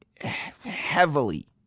heavily